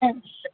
ஆ